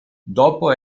dopo